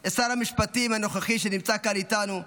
את שר משפטים הנוכחי, שנמצא כאן איתנו,